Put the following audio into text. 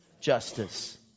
justice